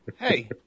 Hey